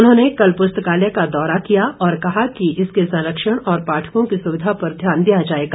उन्होंने कल पुस्तकालय का दौरा किया और कहा कि इसके संरक्षण और पाठकों की सुविधाओं पर ध्यान दिया जाएगा